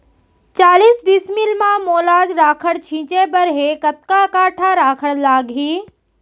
चालीस डिसमिल म मोला राखड़ छिंचे बर हे कतका काठा राखड़ लागही?